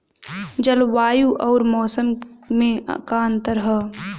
जलवायु अउर मौसम में का अंतर ह?